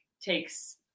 takes